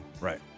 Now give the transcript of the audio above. Right